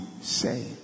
say